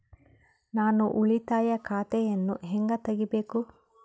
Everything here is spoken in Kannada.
ನಾನು ಉಳಿತಾಯ ಖಾತೆಯನ್ನು ಹೆಂಗ್ ತಗಿಬೇಕು?